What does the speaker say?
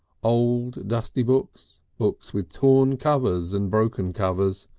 old dusty books, books with torn covers and broken covers,